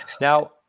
Now